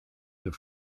the